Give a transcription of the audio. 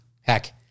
heck